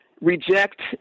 reject